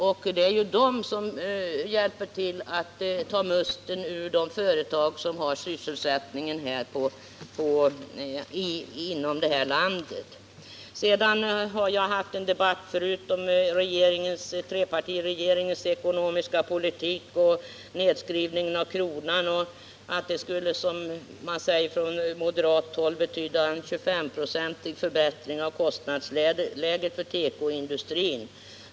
Det är dessa företag som hjälper till att ta musten ur de företag som har sysselsättning inom det här landet. Jag har fört en debatt här förut om trepartiregeringens ekonomiska politik och om huruvida nedskrivningen av kronan skulle, som man säger på moderat håll, betyda en 25-procentig förbättring av kostnadsläget för tekoindustrin.